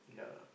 yeah